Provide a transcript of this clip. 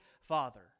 Father